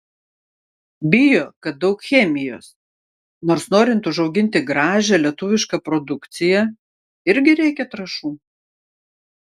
bijo kad daug chemijos nors norint užauginti gražią lietuvišką produkciją irgi reikia trąšų